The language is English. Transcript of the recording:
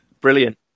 Brilliant